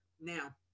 Now